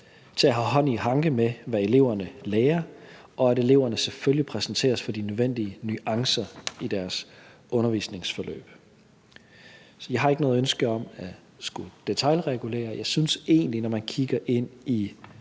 til at have hånd i hanke med, hvad eleverne lærer, og at eleverne selvfølgelig præsenteres for de nødvendige nuancer i deres undervisningsforløb. Jeg har ikke noget ønske om at skulle detailregulere. Jeg synes egentlig, når man kigger ind i